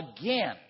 again